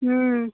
हूँ